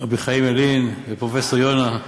רבי חיים ילין ופרופסור יונה.